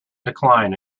decline